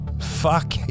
Fuck